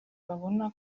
babona